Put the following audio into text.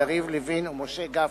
יריב לוין ומשה גפני,